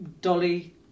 Dolly